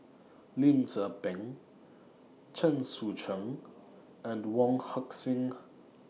Lim Tze Peng Chen Sucheng and Wong Heck Sing